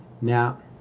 Now